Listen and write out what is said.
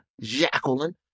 Jacqueline